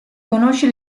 conosce